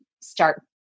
start